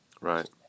Right